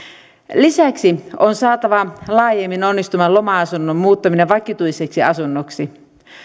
lisäksi on saatava laajemmin onnistumaan loma asunnon muuttaminen vakituiseksi asunnoksi